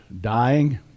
dying